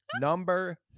number